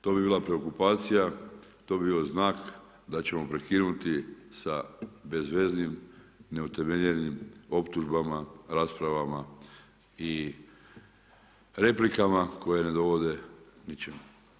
To bi bila preokupacija, to bi bio znak da ćemo prekinuti sa bezveznim, neutemeljenim optužbama, raspravama i replikama koje ne dovode ničemu.